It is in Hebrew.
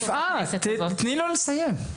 שניה יפעת תני לו לסיים.